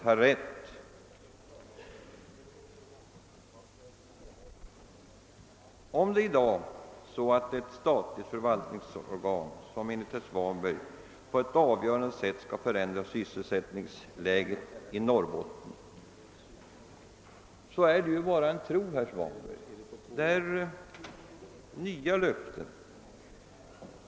Herr Svanberg anser att tillkomsten av ett statligt förvaltningsbolag på ett avgörande sätt skall förändra sysselsättningsläget i Norrbotten, men det är bara en tro, och nya löften.